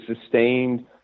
sustained